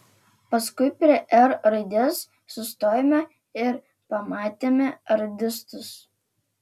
paskui prie r raidės sustojome ir pamatėme radistus